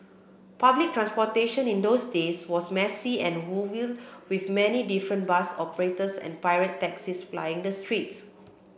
public transportation in those days was messy and woeful with many different bus operators and pirate taxis plying the streets